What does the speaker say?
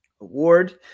Award